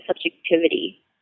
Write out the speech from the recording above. subjectivity